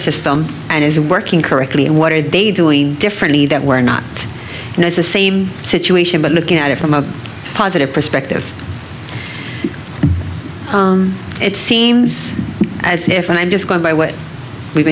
system and is it working correctly and what are they doing differently that we're not and it's the same situation but looking at it from a positive perspective it seems as if i'm just going by what we've